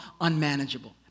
unmanageable